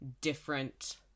different